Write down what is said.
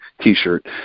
t-shirt